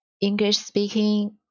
English-speaking